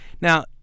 Now